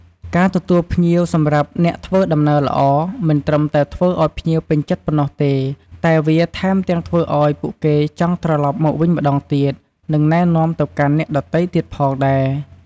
ការទទួលភ្ញៀវសម្រាប់អ្នកធ្វើដំណើរល្អ មិនត្រឹមតែធ្វើឲ្យភ្ញៀវពេញចិត្តប៉ុណ្ណោះទេ តែវាថែមទាំងធ្វើឲ្យពួកគេចង់ ត្រលប់មកវិញម្តងទៀត និងណែនាំទៅកាន់អ្នកដទៃទៀតផងដែរ។